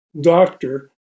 doctor